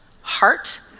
heart